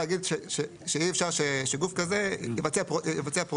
אתם רוצים להגיד שאי אפשר שגוף כזה יבצע פרויקטים.